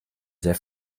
sehr